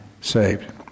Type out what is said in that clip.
saved